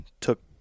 took